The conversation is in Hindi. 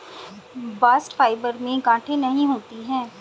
बास्ट फाइबर में गांठे नहीं होती है